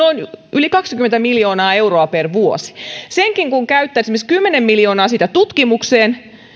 yli kaksikymmentä miljoonaa euroa per vuosi siitäkin kun käyttäisi esimerkiksi kymmenen miljoonaa tutkimukseen